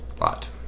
lot